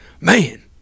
man